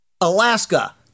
Alaska